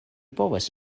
povas